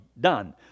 done